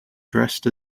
dressed